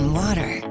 water